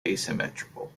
asymmetrical